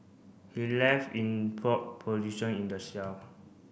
he left in prone position in the cell